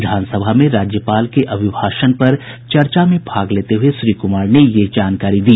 विधानसभा में राज्यपाल के अभिभाषण पर चर्चा में भाग लेते हुए श्री कुमार ने यह जानकारी दी